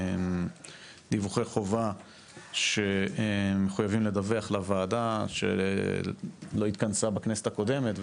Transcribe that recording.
דיווחי חובה שמחויבים לדווח לוועדה שלא התכנסה בכנסת הקודמת,